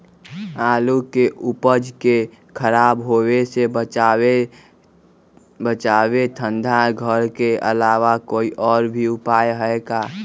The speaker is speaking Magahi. आलू के उपज के खराब होवे से बचाबे ठंडा घर के अलावा कोई और भी उपाय है का?